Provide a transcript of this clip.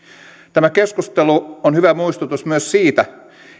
tämä keskustelu on hyvä muistutus myös siitä